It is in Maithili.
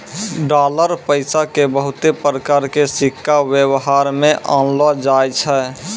डालर पैसा के बहुते प्रकार के सिक्का वेवहार मे आनलो जाय छै